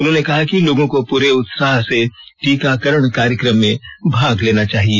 उन्होंने कहा कि लोगों को पूरे उत्साह से टीकाकरण कार्यक्रम में भाग लेना चाहिए